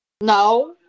No